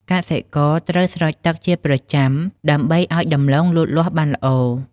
កសិករត្រូវស្រោចទឹកជាប្រចាំ ដើម្បីឱ្យដំឡូងលូតលាស់បានល្អ។